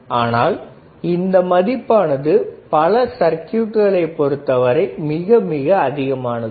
ஆனால் இந்த மதிப்பானது பல சர்க்யூட் களைப் பொறுத்தவரை மிக மிக அதிகமானது